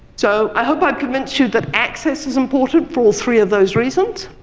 so, i hope i've convinced you that access is important for all three of those reasons.